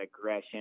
aggression